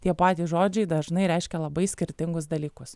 tie patys žodžiai dažnai reiškia labai skirtingus dalykus